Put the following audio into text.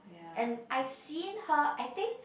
and I've seen her I think